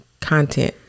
content